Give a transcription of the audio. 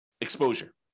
exposure